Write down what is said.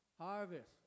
Harvest